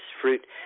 fruit